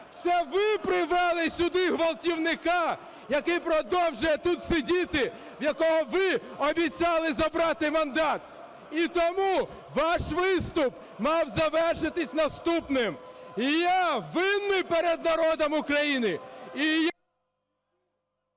Це ви привели сюди ґвалтівника, який продовжує тут сидіти, в якого ви обіцяли забрати мандат! І тому ваш виступ мав завершитись наступним: "Я винний перед народом України